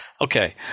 Okay